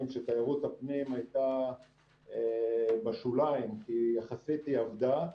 שתיירות הפנים הייתה בשוליים כי יחסית היא עבדה,